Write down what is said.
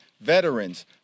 veterans